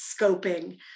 scoping